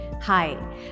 Hi